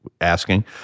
asking